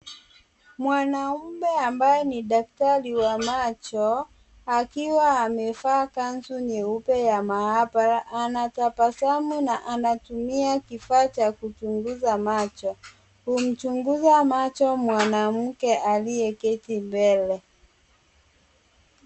Mwanamume ambaye ni daktari wa macho, akiwa amevaa kanzu nyeupe ya maabara, anatabasamu na anatumia kifaa cha kuchunguza macho, kumchunguza macho mwanamke aliyeketi mbele.